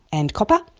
and copper.